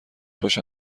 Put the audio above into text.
باشن